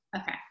Okay